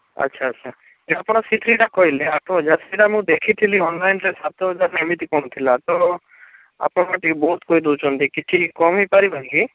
ଆଚ୍ଛା ଆଚ୍ଛା ଯେ ଆପଣ ସି ଥ୍ରୀଟା କହିଲେ ଆଠ ହଜାର ସେଇଟା ମୁଁ ଦେଖିଥିଲି ଅନଲାଇନ୍ରେ ସାତ ହଜାର ଏମିତି ପଡ଼ୁଥିଲା ତ ଆପଣ ଟିକିଏ ବହୁତ କହିଦେଉଛନ୍ତି କିଛି କମାଇ ପାରିବେ କି